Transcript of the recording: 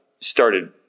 started